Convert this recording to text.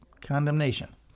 condemnation